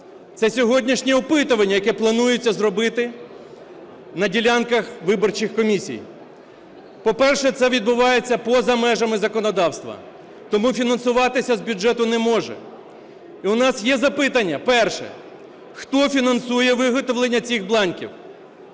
Це сьогоднішнє опитування, яке планується зробити на ділянках виборчих комісій, по-перше, це відбувається поза межами законодавства, тому фінансуватися з бюджету не може. І у нас є запитання. Перше: хто фінансує виготовлення цих бланків?